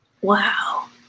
Wow